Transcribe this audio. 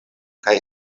kaj